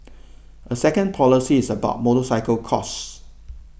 a second policy is about motorcycle costs